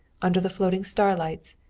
under the floating starlights,